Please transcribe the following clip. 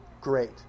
great